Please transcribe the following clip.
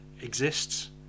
exists